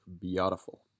beautiful